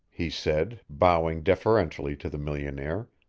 he said, bowing deferentially to the millionaire,